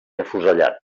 afusellat